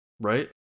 right